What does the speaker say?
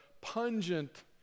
pungent